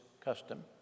custom